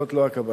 זאת לא הכוונה.